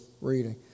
reading